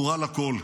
ברורה לכול.